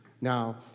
Now